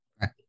Right